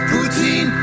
Putin